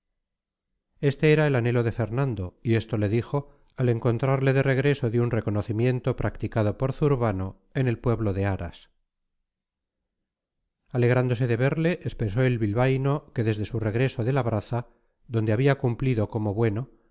este era el anhelo de fernando y esto le dijo al encontrarle de regreso de un reconocimiento practicado por zurbano en el pueblo de aras alegrándose de verle expresó el bilbaíno que desde su regreso de labraza donde había cumplido como bueno